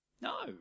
No